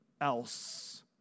else